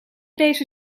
deze